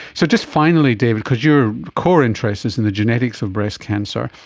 so just finally david, because your core interest is in the genetics of breast cancer,